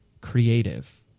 creative